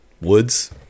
woods